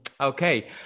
Okay